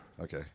Okay